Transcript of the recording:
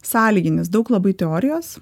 sąlyginis daug labai teorijos